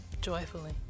joyfully